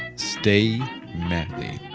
stay manly